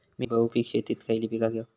मी बहुपिक शेतीत खयली पीका घेव?